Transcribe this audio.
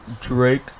Drake